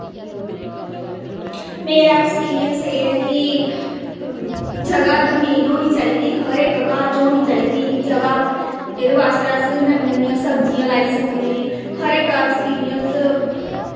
मेरा अक्सपियंस सब्जियां लाई सकने हर इक अक्सपिरिंंयस एह् ऐ कि जगह जमीन होनी चाही दी हर इक घर च होनी चाही दी जगह एह्दे बास्तै अस नमियां नमियां